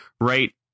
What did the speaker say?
right